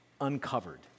uncovered